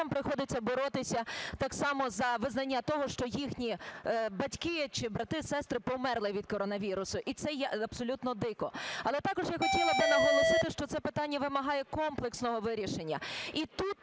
приходиться боротися так само за визнання того, що їхні батьки чи брати, сестри померли від коронавірусу. І це є абсолютно дико. Але також я хотіла би наголосити, що це питання вимагає комплексного вирішення.